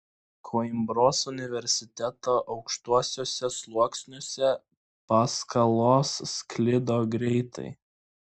koimbros universiteto aukštuosiuose sluoksniuose paskalos sklido greitai